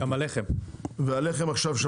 והלחם עכשיו.